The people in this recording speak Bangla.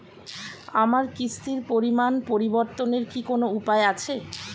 আমার কিস্তির পরিমাণ পরিবর্তনের কি কোনো উপায় আছে?